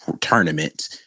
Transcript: tournament